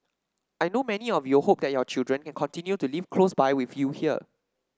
I know many of you hope that your children can continue to live close by with you here